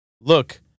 Look